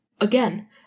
again